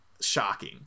shocking